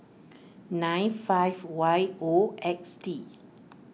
nine five Y O X T